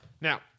Now